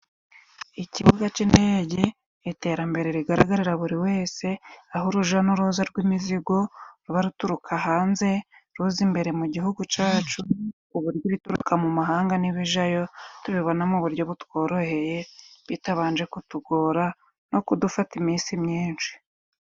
Ikibuga cy'indege iterambere rigaragarira buri wese, aho urujya n'uruza rw'imizigo ruba ruturuka hanze ruza imbere mu gihugu cyacu, ku buryo ibituruka mu mahanga n'ibijyayo tubibona mu buryo butworoheye bitabanje kutugora no kudufata iminsi myinshi.